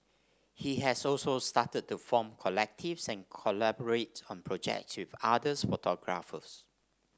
he has also started to form collectives and collaborate on projects with others photographers